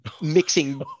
mixing